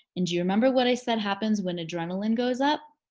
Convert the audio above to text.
and do you remember what i said happens when adrenaline goes up?